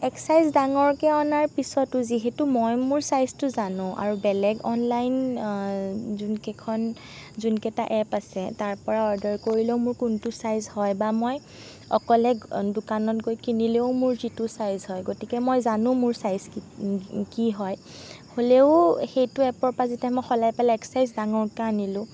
এক ছাইজ ডাঙৰকৈ অনাৰ পিছতো যিহেতু মই মোৰ ছাইজটো জানোঁ আৰু বেলেগ অনলাইন যোনকেইকেইখন যোনকেইটা এপ আছে তাৰপৰা অৰ্ডাৰ কৰিলেও মোৰ কোনটো ছাইজ হয় বা মই অকলে দোকানত গৈ কিনিলেও মোৰ যিটো ছাইজ হয় গতিকে মই জানোঁ মোৰ ছাইজ কি কি হয় হ'লেও সেইটো এপৰ পৰা যেতিয়া মই সলাই পেলাই এক ছাইজ ডাঙৰকৈ আনিলোঁ